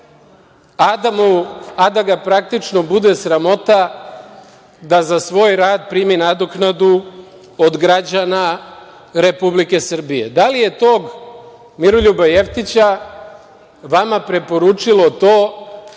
a da ga praktično bude sramota da za svoj rad primi nadoknadu od građana Republike Srbije. Da li je tog Miroljuba Jevtića vama preporučilo to